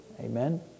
Amen